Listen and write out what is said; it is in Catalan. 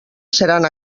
seran